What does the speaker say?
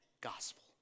gospel